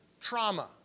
trauma